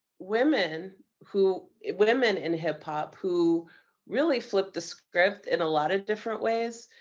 women who women in hip-hop who really flipped the script in a lot of different ways.